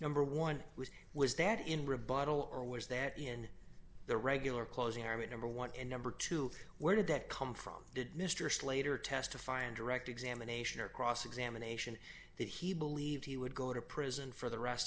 number one was was that in rebuttal or was that in the regular closing i mean number one and number two where did that come from did mr slater testify in direct examination or cross examination that he believed he would go to prison for the rest